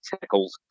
tackles